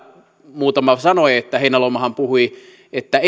muutama sanoi että heinäluomahan puhui että